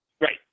Right